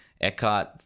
Eckhart